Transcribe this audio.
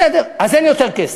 בסדר, אז אין יותר כסף,